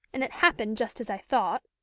and it happened just as i thought.